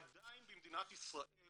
עדיין במדינת ישראל